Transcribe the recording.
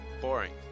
boring